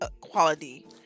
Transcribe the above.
quality